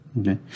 Okay